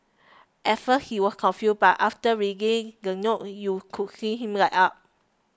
at first he was confused but after reading the note you could see him light up